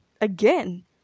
Again